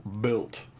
built